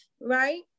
Right